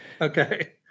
Okay